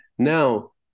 Now